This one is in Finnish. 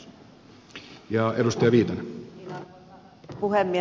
arvoisa puhemies